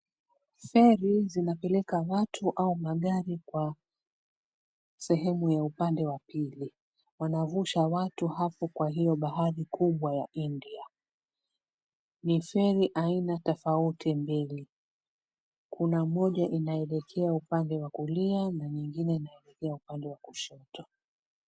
Feri zinapeleka watu au magari kwa sehemu ya upande wa pili, wanavusha watu hapo kwa hiyo bahari kubwa ya India. Ni feri aina tofauti mbili, kuna moja inaelekea upande wa kulia na nyingine inaelekea upande wa kushoto.